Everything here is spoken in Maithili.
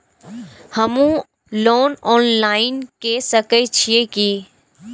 हमू लोन ऑनलाईन के सके छीये की?